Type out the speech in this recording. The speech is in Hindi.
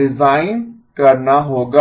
डिजाइन करना होगा